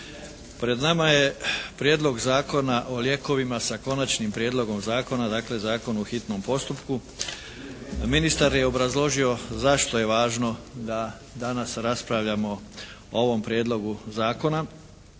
Pred nama je Prijedlog zakona o lijekova, s Konačnim prijedlogom zakona, dakle zakon u hitnom postupku. Ministar je obrazložio zašto je važno da danas raspravljamo o ovom prijedlogu zakona.